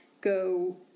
go